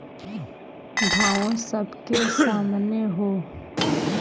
भावो सबके सामने हौ